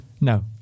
No